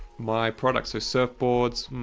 my products. so surfboards,